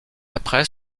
après